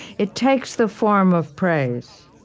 it takes the form of praise.